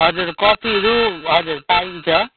हजुर कफीहरू हजुर पाइन्छ